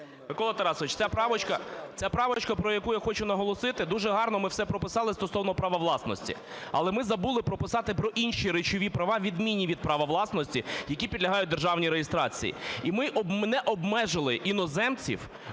Микола Тарасович, ця правочка, про яку я хочу наголосити, дуже гарно ми все прописали стосовно права власності, але ми забули прописати про інші речові права, відмінні від права власності, які підлягають державній реєстрації. І ми не обмежили іноземців